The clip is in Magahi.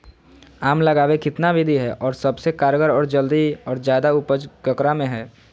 आम लगावे कितना विधि है, और सबसे कारगर और जल्दी और ज्यादा उपज ककरा में है?